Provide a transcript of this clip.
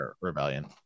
Rebellion